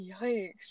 Yikes